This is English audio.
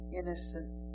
innocent